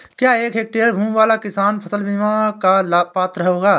क्या एक हेक्टेयर भूमि वाला किसान फसल बीमा का पात्र होगा?